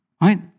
right